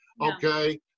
okay